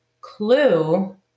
clue